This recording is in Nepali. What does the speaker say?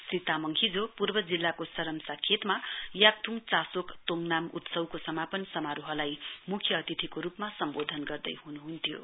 श्री तामाङ हिजो पूर्व जिल्लाको सरमसा खेतमा याक्थुङ चासोक तोङताम उत्सवको समापन समारोहलाई म्ख्य अतिथिको रुपमा सम्बोधन गर्दैहन्हुन्थ्यो